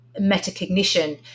metacognition